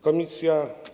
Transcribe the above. Komisja.